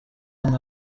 nka